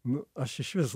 nu aš išvis